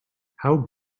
how